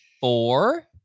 four